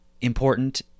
important